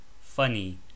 funny